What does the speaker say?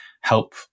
help